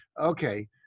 okay